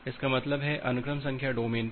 इसका मतलब है अनुक्रम संख्या डोमेन पर